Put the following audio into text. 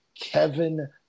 kevin